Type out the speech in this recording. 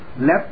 left